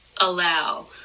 allow